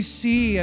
see